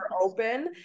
open